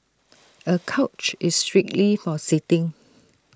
A couch is strictly for sitting